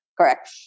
Correct